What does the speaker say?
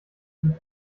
wird